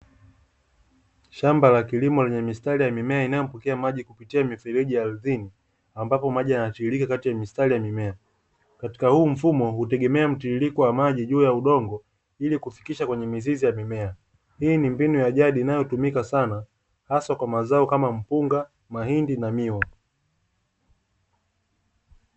Shamba la kilimo lenye mistari ya mimea inayopokea maji kupitia mifereji ardhini ambapo maji yanashiriki kati ya mistari ya mimea, katika huu mfumo hutegemea mtiririko wa maji juu ya udongo ili kufikisha kwenye mizizi ya mimea, hii ni mbinu ya jadi inayotumika sana haswa kwa mazao kama mpunga mahindi na miwa.